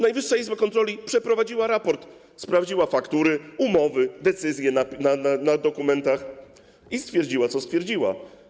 Najwyższa Izba Kontroli przedstawiła raport, sprawdziła faktury, umowy, decyzje w oparciu o dokumenty i stwierdziła, co stwierdziła.